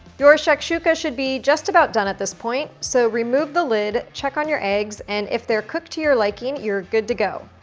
your shakshuka should be just about done at this point. so remove the lid, check on your eggs. and if they're cooked to your liking, you're good to go.